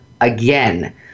again